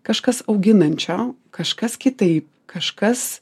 kažkas auginančio kažkas kitaip kažkas